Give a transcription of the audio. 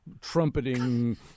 trumpeting